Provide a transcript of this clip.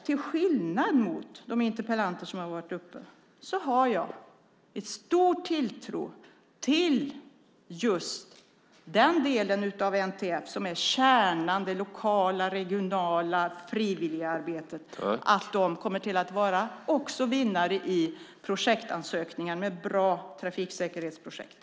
Till skillnad mot de debattörer som har varit uppe har jag en stor tilltro till kärnan i NTF, det lokala och regionala frivilligarbetet. Jag tror att de kommer att vara vinnare i projektansökningar för bra trafiksäkerhetsprojekt.